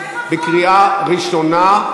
בקריאה ראשונה.